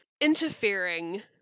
interfering